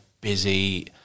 busy